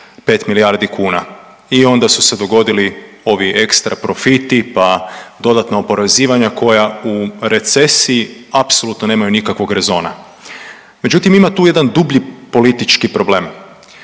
5 milijardi kuna i onda su se dogodili ovi ekstra profiti pa dodatna oporezivanja koja u recesiji apsolutno nemaju nikakvog rezona. Međutim, ima tu jedan dublji politički problem,